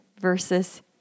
versus